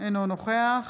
אינו נוכח